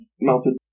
melted